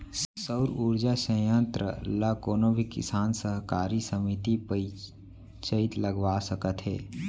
सउर उरजा संयत्र ल कोनो भी किसान, सहकारी समिति, पंचईत लगवा सकत हे